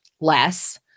less